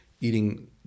eating